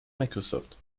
microsoft